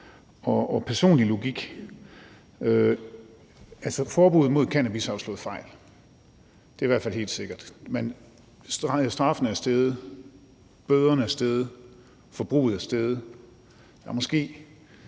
og personlig logik. Forbuddet mod cannabis har jo slået fejl; det er hvert fald helt sikkert. Straffen er steget, bøderne er steget, forbruget er steget, og der